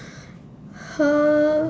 uh